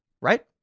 right